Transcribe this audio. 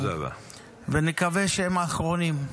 ונקווה שהם האחרונים.